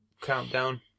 countdown